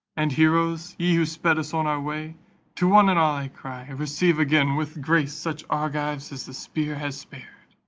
and heroes, ye who sped us on our way to one and all i cry, receive again with grace such argives as the spear has spared.